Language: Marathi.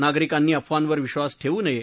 नागरिकांनी अफवांवर विद्वास ठेवू नये